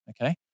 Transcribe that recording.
Okay